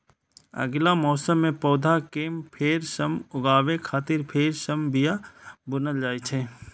अगिला मौसम मे पौधा कें फेर सं उगाबै खातिर फेर सं बिया बुनल जाइ छै